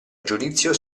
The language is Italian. giudizio